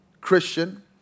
Christian